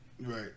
Right